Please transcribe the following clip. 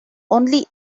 only